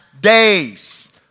days